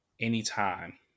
anytime